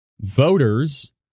voters